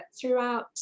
throughout